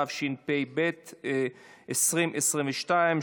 תשעה, אפס מתנגדים.